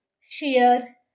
share